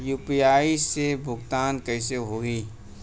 UPI से भुगतान कइसे होहीं?